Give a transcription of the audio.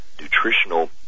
nutritional